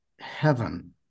heaven